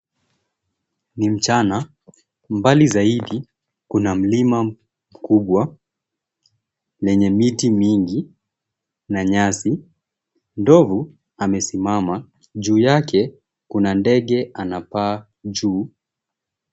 Ni mchana. Mbali zaidi kuna mlima mkubwa lenye miti mingi na nyasi. Ndovu amesimama. Juu yake kuna ndege anapaa juu.